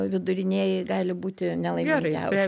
vidurinieji gali būti nelaimingiausi